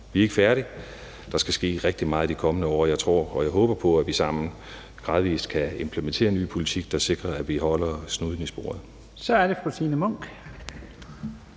Vi er ikke færdige, og der skal ske rigtig meget de kommende år, og jeg tror og håber på, at vi sammen gradvis kan implementere en ny politik, der sikrer, at vi holder snuden i sporet.